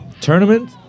Tournament